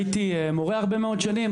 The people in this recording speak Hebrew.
הייתי מורה הרבה מאוד שנים,